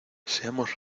seamos